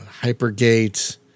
Hypergate